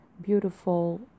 beautiful